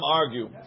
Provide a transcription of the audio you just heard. argue